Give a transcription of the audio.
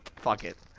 fuck it